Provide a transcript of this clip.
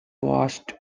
watched